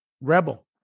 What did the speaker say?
Rebel